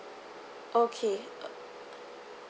okay